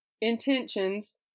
Intentions